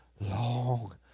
long